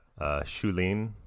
Shulin